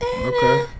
Okay